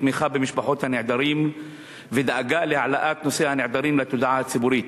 תמיכה במשפחות הנעדרים ודאגה להעלאת נושא הנעדרים לתודעה הציבורית.